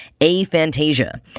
aphantasia